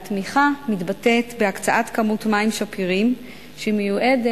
התמיכה מתבטאת בהקצאת כמות מים שפירים שמיועדת